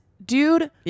Dude